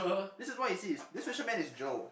this is why you see this fisherman is Joe